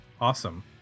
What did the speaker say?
Awesome